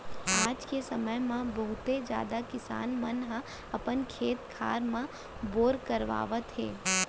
आज के समे म बहुते जादा किसान मन ह अपने खेत खार म बोर करवावत हे